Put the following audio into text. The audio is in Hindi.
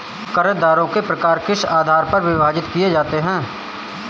कर्जदारों के प्रकार किस आधार पर विभाजित किए जाते हैं?